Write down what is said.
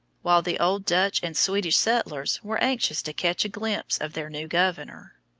while the old dutch and swedish settlers were anxious to catch a glimpse of their new governor.